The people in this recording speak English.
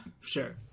Sure